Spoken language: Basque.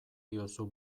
diozu